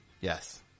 Yes